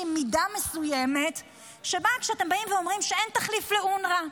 מסוימת כשאתם אומרים שאין תחליף לאונר"א,